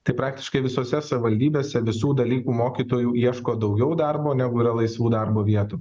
tai praktiškai visose savivaldybėse visų dalykų mokytojų ieško daugiau darbo negu yra laisvų darbo vietų